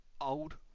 old